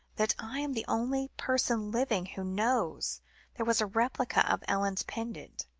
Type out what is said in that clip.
that i am the only person living, who knows there was a replica of ellen's pendant.